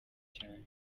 cyane